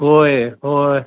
होय होय